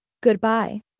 Goodbye